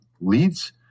leads